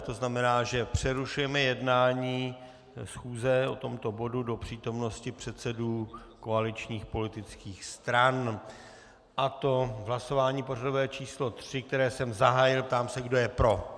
To znamená, že přerušujeme jednání schůze o tomto bodu do přítomnosti předsedů koaličních politických stran, a to v hlasování pořadové číslo 3, které jsem zahájil, a ptám se, kdo je pro.